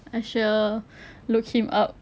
I shall look him up